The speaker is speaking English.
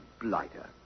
blighter